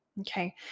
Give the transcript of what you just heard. Okay